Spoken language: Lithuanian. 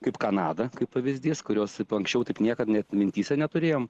kaip kanada kaip pavyzdys kurios anksčiau taip niekad net mintyse neturėjome